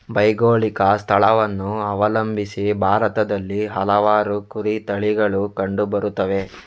ಭೌಗೋಳಿಕ ಸ್ಥಳವನ್ನು ಅವಲಂಬಿಸಿ ಭಾರತದಲ್ಲಿ ಹಲವಾರು ಕುರಿ ತಳಿಗಳು ಕಂಡು ಬರುತ್ತವೆ